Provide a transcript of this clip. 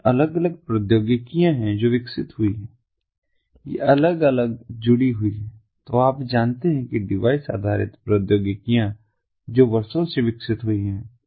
तो ये अलग अलग प्रौद्योगिकियां हैं जो विकसित हुई हैं ये अलग अलग जुड़ी हुई हैं जो आप जानते हैं कि डिवाइस आधारित प्रौद्योगिकियां जो वर्षों से विकसित हुई हैं